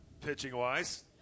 pitching-wise